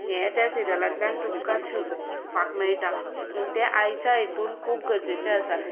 हें ते सिरियलांतल्यान तुमकां शिकपाक मेळटा म्हूण तें आयच्या हातूंत खूब गरजेचें आसा